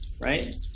right